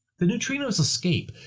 the neutrinos escape,